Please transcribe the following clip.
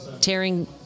tearing